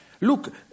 Look